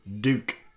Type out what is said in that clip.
Duke